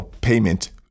payment